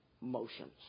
motions